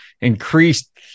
increased